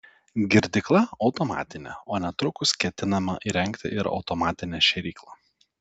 girdykla automatinė o netrukus ketinama įrengti ir automatinę šėryklą